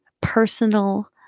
personal